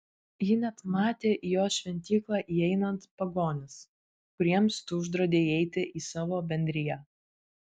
ji net matė į jos šventyklą įeinant pagonis kuriems tu uždraudei įeiti į savo bendriją